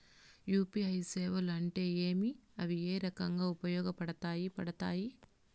UPI సేవలు అంటే ఏమి, అవి ఏ రకంగా ఉపయోగపడతాయి పడతాయి?